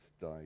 died